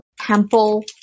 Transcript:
temple